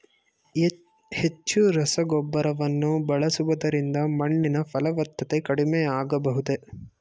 ಹೆಚ್ಚು ರಸಗೊಬ್ಬರವನ್ನು ಬಳಸುವುದರಿಂದ ಮಣ್ಣಿನ ಫಲವತ್ತತೆ ಕಡಿಮೆ ಆಗಬಹುದೇ?